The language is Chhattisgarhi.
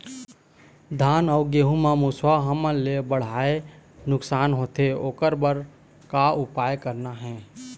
धान अउ गेहूं म मुसवा हमन ले बड़हाए नुकसान होथे ओकर बर का उपाय करना ये?